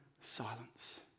silence